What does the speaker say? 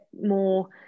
more